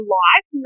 life